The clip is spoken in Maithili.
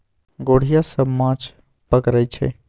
गोढ़िया सब माछ पकरई छै